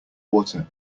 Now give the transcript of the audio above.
water